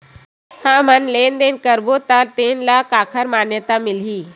हमन लेन देन करबो त तेन ल काखर मान्यता मिलही?